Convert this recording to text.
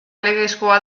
legezkoa